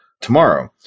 tomorrow